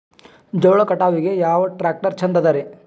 ಜೋಳ ಕಟಾವಿಗಿ ಯಾ ಟ್ಯ್ರಾಕ್ಟರ ಛಂದದರಿ?